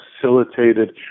facilitated